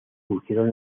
surgieron